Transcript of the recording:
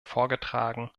vorgetragen